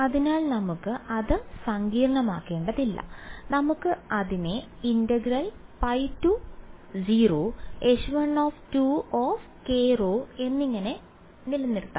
അതിനാൽ നമുക്ക് അത് സങ്കീർണ്ണമാക്കേണ്ടതില്ല നമുക്ക് അതിനെ H1kρ എന്നിങ്ങനെ നിലനിർത്താം